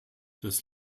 des